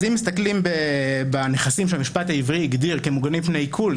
אם מסתכלים בנכסים שהמשפט העברי הגדיר כמוגנים מפני עיקול,